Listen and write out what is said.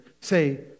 say